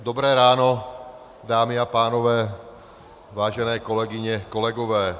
Dobré ráno, dámy a pánové, vážené kolegyně, kolegové.